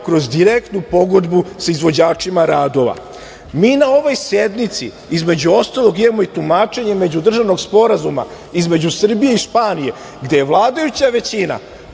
kroz direktnu pogodbu sa izvođačima radova. Mi na ovoj sednici između ostalog imamo i tumačenje međudržavnog sporazuma između Srbije i Španije gde vladajuća većina